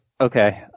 okay